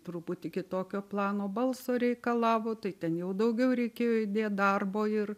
truputį kitokio plano balso reikalavo tai ten jau daugiau reikėjo įdėt darbo ir